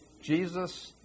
Jesus